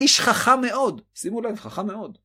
איש חכם מאוד, שימו לב, חכם מאוד.